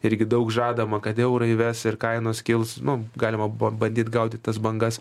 irgi daug žadama kad eurą įves ir kainos kils nu galima buvo bandyt gaudyt tas bangas